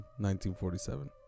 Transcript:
1947